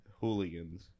hooligans